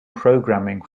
programming